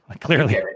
clearly